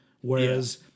whereas